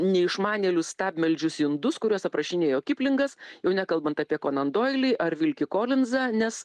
neišmanėlius stabmeldžius indus kuriuos aprašinėjo kiplingas jau nekalbant apie konan doilį ar vilkį kolinsą nes